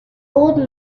old